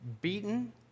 Beaten